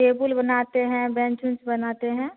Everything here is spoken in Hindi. टेबुल बनाते हैं बेंच उंच बनाते हैं